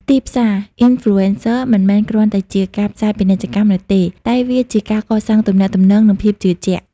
ទីផ្សារ Influencer មិនមែនគ្រាន់តែជាការផ្សាយពាណិជ្ជកម្មនោះទេ តែវាជាការកសាងទំនាក់ទំនង និងភាពជឿជាក់។